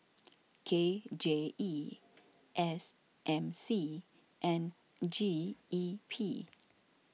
K J E S M C and G E P